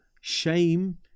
shame